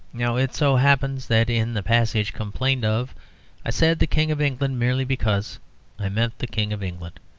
now it so happens that in the passage complained of i said the king of england merely because i meant the king of england.